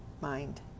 mind